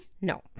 No